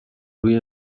روی